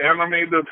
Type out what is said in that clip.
animated